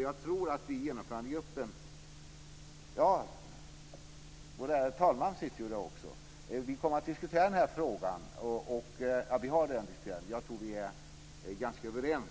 Jag tror att vi i Genomförandegruppen kommer att diskutera frågan. Vi är ganska överens,